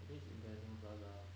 I think it's international plaza